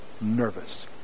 nervous